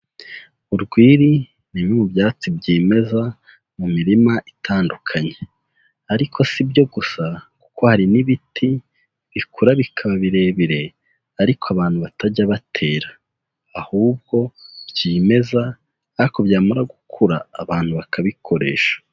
Urwiri ni bimwe mu byatsi byimeza mu mirima itandukanye ariko sibyo gusa kuko hari n'ibiti bikura bikaba birebire ariko abantu batajya batera, ahubwo byimeza ariko byamara gukura abantu bakabikoresha.